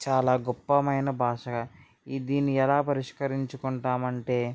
చాలా గొప్ఫదైన భాష దీన్ని ఎలా పరిష్కారించుకుంటాం అంటే